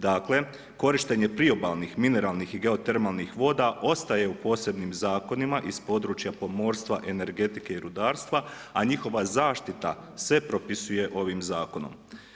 Dakle, korištenje priobalnih, mineralnih i geotermalnih voda ostaje u posebnim zakonima iz područja pomorstva, energetike i rudarstva a njihova zaštita se propisuje ovim zakonom.